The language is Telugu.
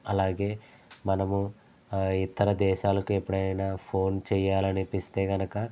అలాగే మనము ఇతర దేశాలకు ఎప్పుడైనా ఫోన్ చేయాలి అనిపిస్తే గనుక